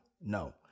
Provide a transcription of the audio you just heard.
No